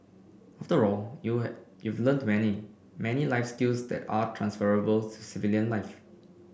after all you you've learnt many many life skills that are transferable to civilian life